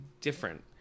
different